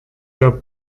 der